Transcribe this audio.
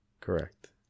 Correct